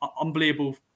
unbelievable